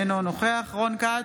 אינו נוכח רון כץ,